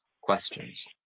questions